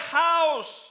house